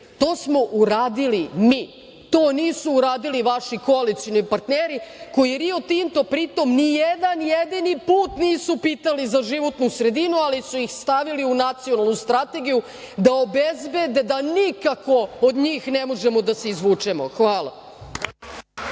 To smo uradili mi. To nisu uradili vaši koalicioni partneri koji Rio Tinto pritom nijedan jedini put nisu pitali za životnu sredinu, ali su ih stavili u nacionalnu strategiju da obezbede da nikako od njih ne možemo da se izvučemo. Hvala.